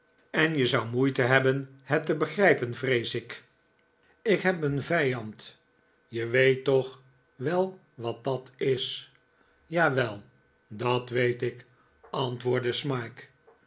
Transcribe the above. en je zou moeite hebben het te begrijpen vrees ik ik heb een vijand je weet toch wel wat dat is jawel dat weet ik antwoordde smike